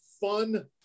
fun